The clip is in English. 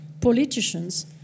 politicians